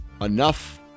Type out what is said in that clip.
enough